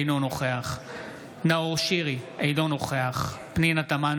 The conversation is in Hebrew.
אינו נוכח נאור שירי, אינו נוכח פנינה תמנו,